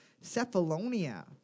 Cephalonia